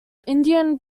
indian